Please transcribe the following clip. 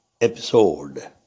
episode